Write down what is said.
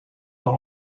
dans